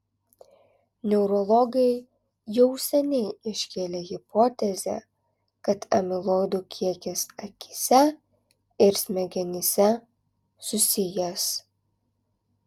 neurologai jau seniai iškėlė hipotezę kad amiloidų kiekis akyse ir smegenyse susijęs